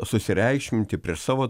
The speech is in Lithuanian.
susireikšminti prieš savo